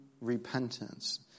repentance